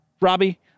Robbie